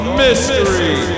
mystery